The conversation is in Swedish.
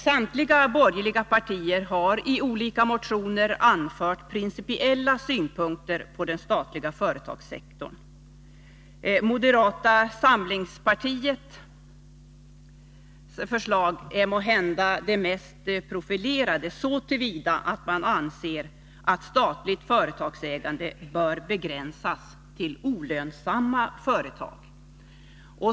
Samtliga borgerliga partier har i olika motioner anfört principiella synpunkter på den statliga företagssektorn. Moderata samlingspartiets förslag är måhända det mest profilerade, så till vida att man anser att statligt företagsägande bör begränsas till olönsamma företag.